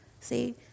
See